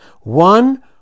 One